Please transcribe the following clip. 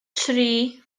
tri